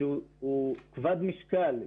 שהוא כבד משקל.